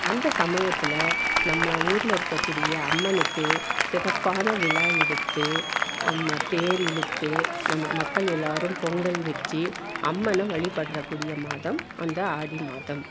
அந்த சமயத்தில் நம்ம ஊரில் இருக்கக்கூடிய அம்மனுக்கு சிறப்பான விழா எடுத்து நம்ம தேர் இழுத்து நம்ம மக்கள் எல்லாேரும் பொங்கல் வெச்சு அம்மனை வழிப்படுறக்கூடிய மாதம் அந்த ஆடி மாதம்